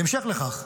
בהמשך לכך,